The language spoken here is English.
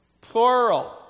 plural